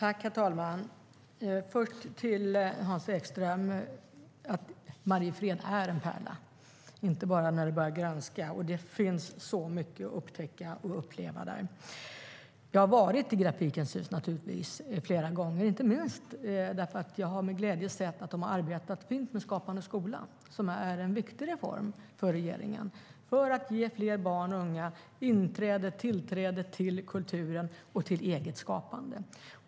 Herr talman! Först vänder jag mig till Hans Ekström. Mariefred är en pärla, inte bara när det börjar grönska. Det finns så mycket att upptäcka och uppleva där. Jag har naturligtvis varit i Grafikens Hus flera gånger, inte minst för att man där har arbetat fint med Skapande skola, som är en viktig reform för regeringen för att ge fler barn och unga tillträde till kulturen och till eget skapande.